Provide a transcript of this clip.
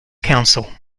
counsel